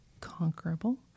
conquerable